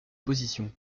positions